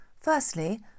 Firstly